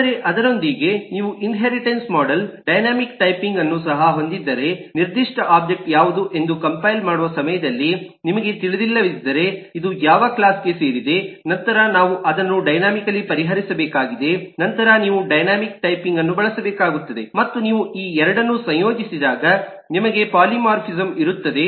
ಆದರೆ ಅದರೊಂದಿಗೆ ನೀವು ಇನ್ಹೇರಿಟನ್ಸ್ ಮಾಡೆಲ್ ಡೈನಾಮಿಕ್ ಟೈಪಿಂಗ್ಅನ್ನು ಸಹ ಹೊಂದಿದ್ದರೆ ನಿರ್ದಿಷ್ಟ ಒಬ್ಜೆಕ್ಟ್ ಯಾವುದು ಎಂದು ಕಂಪೈಲ್ ಮಾಡುವ ಸಮಯದಲ್ಲಿ ನಿಮಗೆ ತಿಳಿದಿಲ್ಲದಿದ್ದರೆಇದು ಯಾವ ಕ್ಲಾಸ್ಗೆ ಸೇರಿದೆನಂತರ ನಾನು ಅದನ್ನು ಡೈನಾಮಿಕಲಿ ಪರಿಹರಿಸಬೇಕಾಗಿದೆ ನಂತರ ನೀವು ಡೈನಾಮಿಕ್ ಟೈಪಿಂಗ್ ಅನ್ನು ಬಳಸಬೇಕಾಗುತ್ತದೆ ಮತ್ತು ನೀವು ಈ 2 ಅನ್ನು ಸಂಯೋಜಿಸಿದಾಗ ನಿಮಗೆ ಪಾಲಿಮಾರ್ಫಿಸಂ ಇರುತ್ತದೆ